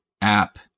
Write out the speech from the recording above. app